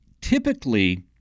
typically